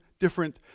different